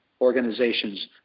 organizations